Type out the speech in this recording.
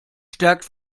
stärkt